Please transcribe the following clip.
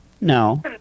No